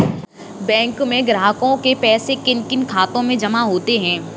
बैंकों में ग्राहकों के पैसे किन किन खातों में जमा होते हैं?